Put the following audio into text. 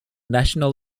national